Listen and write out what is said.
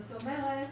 זאת אומרת,